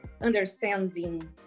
understanding